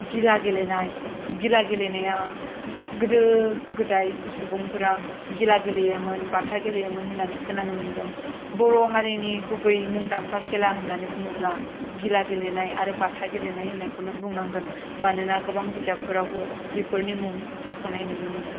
गिला गेलेनाय गिला गेलेनाया गोदो गोदाय सुबुंफोरा गिला गेलेयोमोन बाथा गेलेयोमोन होननानै खोनानो मोन्दों बर' हारिनि गुबै मुंदांखा खेला होननानै बुङोब्ला गिला गेलेनाय आरो बाथा गेलेनायखौनो होनना बुंनांगोन मानोना गोबां बिजाबफोरावबो बेफोरनि मुं मख'नाय नुनो मोनो